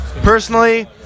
Personally